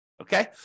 Okay